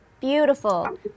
beautiful